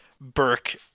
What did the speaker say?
Burke